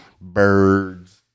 birds